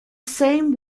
same